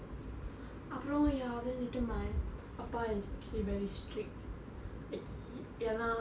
அப்புறம:appuram ya then later my அப்பா:appa is he very strict like he ya lah